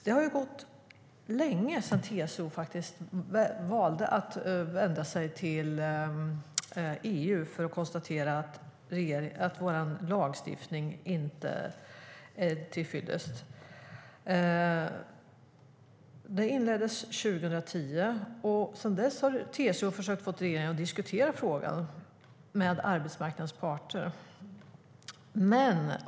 Det har gått lång tid sedan TCO valde att vända sig till EU för att konstatera att vår lagstiftning inte är till fyllest. Det inleddes 2010, och sedan dess har TCO försökt få regeringen att diskutera frågan med arbetsmarknadens parter.